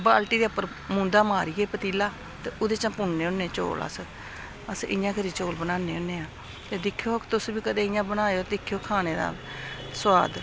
बाल्टी दे उप्पर मूंदा मारियै पतीला ते ओह्दे चा पुनने होन्ने चौल अस अस इ'यां करी चौल बनान्ने होन्ने आं ते दिक्खेओ तुस बी कदें इ'यां बनाएओ दिक्खेओ खाने दा सोआद